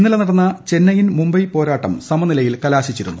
ഇന്നലെ നടന്ന ചെന്നൈയിൻ മ്മുംർബെ പോരാട്ടം സമനിലയിൽ കലാശിച്ചിരുന്നു